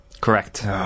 correct